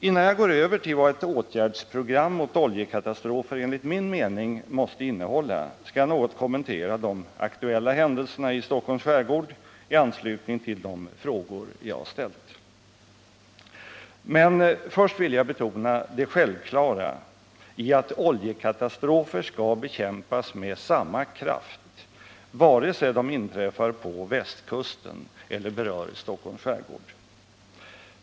Innan jag går över till vad ett åtgärdsprogram mot oljekatastrofer enligt min mening måste innehålla skall jag något kommentera de aktuella händelserna i Stockholms skärgård i anslutning till de frågor jag ställt. Men först vill jag betona det självklara i att oljekatastrofer skall bekämpas med samma kraft vare sig de inträffar på västkusten eller berör Stockholms skärgård.